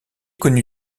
connu